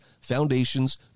foundations